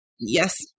Yes